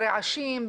ברעשים,